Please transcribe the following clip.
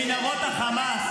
כל היום ----- במנהרות החמאס,